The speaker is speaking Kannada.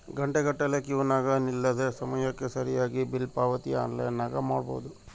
ಘಂಟೆಗಟ್ಟಲೆ ಕ್ಯೂನಗ ನಿಲ್ಲದೆ ಸಮಯಕ್ಕೆ ಸರಿಗಿ ಬಿಲ್ ಪಾವತಿ ಆನ್ಲೈನ್ನಾಗ ಮಾಡಬೊದು